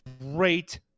Great